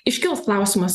iškils klausimas